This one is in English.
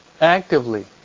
actively